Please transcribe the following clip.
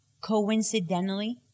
coincidentally